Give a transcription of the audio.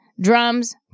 drums